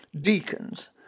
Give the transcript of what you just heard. Deacons